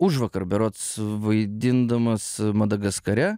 užvakar berods vaidindamas madagaskare